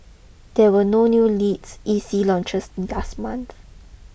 there were no new lilts E C launches last month